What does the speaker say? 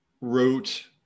wrote